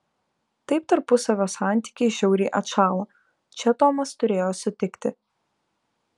taip tarpusavio santykiai žiauriai atšąla čia tomas turėjo sutikti